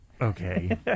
Okay